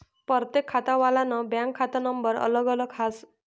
परतेक खातावालानं बँकनं खाता नंबर अलग अलग हास